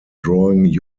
drawing